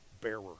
bearer